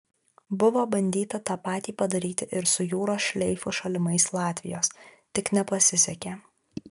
buvo bandyta tą patį padaryti ir su jūros šleifu šalimais latvijos tik nepasisekė